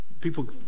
People